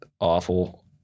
awful